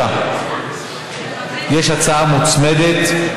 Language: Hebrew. אני רוצה להתרכז בדקות